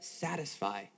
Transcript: satisfy